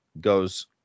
goes